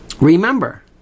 remember